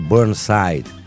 Burnside